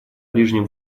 ближнем